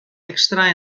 extra